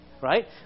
Right